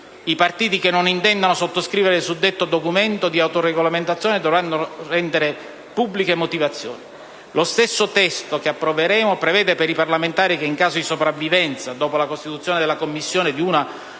I partiti che non intendano sottoscrivere il suddetto documento di autoregolamentazione dovranno rendere pubbliche motivazioni. Lo stesso testo che approveremo prevede, per i parlamentari, che, in caso di sopravvivenza dopo la costituzione della Commissione di una